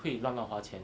会乱乱花钱的